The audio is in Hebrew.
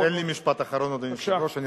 תן לי משפט אחרון עוד, היושב-ראש, בבקשה.